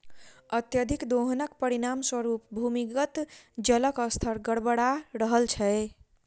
अत्यधिक दोहनक परिणाम स्वरूप भूमिगत जलक स्तर गड़बड़ा रहल छै